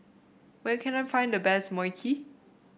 where can I find the best Mui Kee